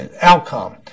outcome